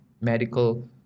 medical